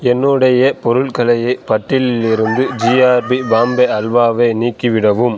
என்னுடைய பொருள்களை பட்டியலில் இருந்து ஜிஆர்பி பாம்பே அல்வாவை நீக்கிவிடவும்